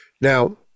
Now